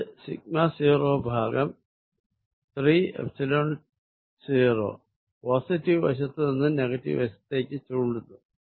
ഇത് സിഗ്മ 0 ഭാഗം 3 epsilon 0 positive വശത്ത് നിന്നും നെഗറ്റീവ് വശത്തേക്ക് ചൂണ്ടുന്നു